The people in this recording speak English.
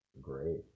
great